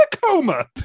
coma